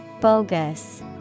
Bogus